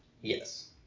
Yes